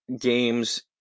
games